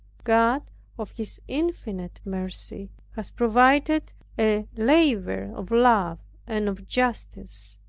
god of his infinite mercy has provided a laver of love and of justice,